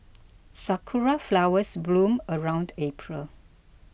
sakura flowers bloom around April